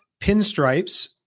Pinstripes